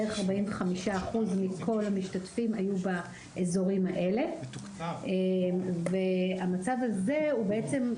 בערך 45 אחוז מכל המשתתפים היו באזורים האלה והמצב הזה הוא בעצם,